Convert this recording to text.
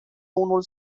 unul